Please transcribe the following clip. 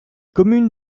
communes